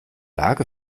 lage